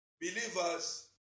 believers